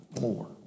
more